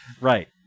Right